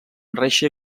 reixa